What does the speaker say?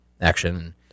action